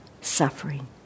suffering